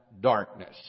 darkness